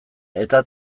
eta